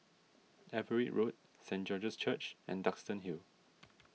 Everitt Road Saint George's Church and Duxton Hill